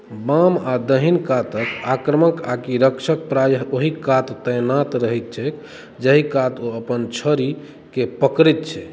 बाम आ दहिन कातक आक्रमक आकि रक्षक प्रायः ओहि कात तैनात रहैत छैक जाहि कात ओ अपन छड़ीके पकड़ैत छै